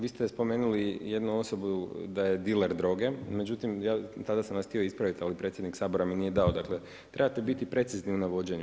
Vi ste spomenuli jednu osobu da je diler droge, međutim, ja tada sam vas htio ispraviti, ali predsjednik Sabora vam nije dao, dakle, trebate biti precizni u navođenju.